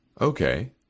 Okay